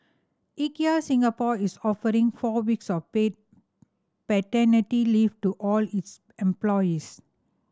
Ikea Singapore is offering four weeks of paid paternity leave to all its employees